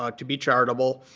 ah to be charitable.